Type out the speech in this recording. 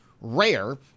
rare